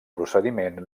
procediment